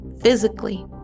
physically